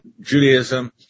Judaism